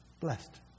Blessed